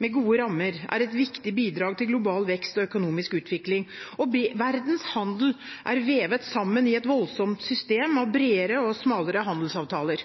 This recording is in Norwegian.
med gode rammer er et viktig bidrag til global vekst og økonomisk utvikling, og verdens handel er vevet sammen i et voldsomt system av bredere og smalere handelsavtaler.